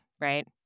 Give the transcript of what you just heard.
right